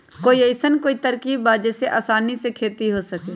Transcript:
कोई अइसन कोई तरकीब बा जेसे आसानी से खेती हो सके?